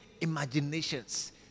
imaginations